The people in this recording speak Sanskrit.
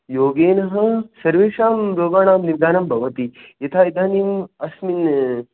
योगेन सर्वेषां रोगाणां निर्दानं भवति यथा इदानीम् अस्मिन्